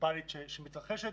המוניציפאלית שמתרחשת,